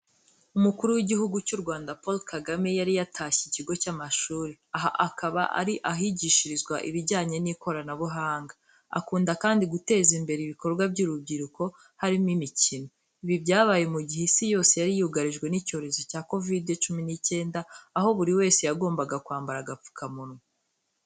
Umukuru w'igihugu cy'u Rwanda Paul Kagame, yari yatashye ikigo cy'amashuri. Aha akaba ari ahigishirizwa ibijyanye n'ikoranabuhanga. Akunda kandi guteza imbere ibikorwa by'urubyiruko harimo imikino. Ibi byabaye mu gihe isi yose yari yugarijwe n'icyorezo cya Covid cumi n'icyenda, aho buri wese yagombaga kwambara agapfukamunwa.